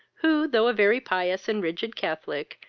who, though a very pious and rigid catholic,